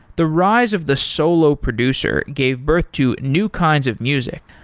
the rise of the solo producer gave birth to new kinds of music,